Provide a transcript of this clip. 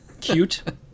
Cute